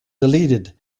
deleted